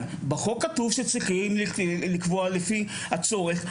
בחוק כתוב שצריכים לקבוע לפי הצורך,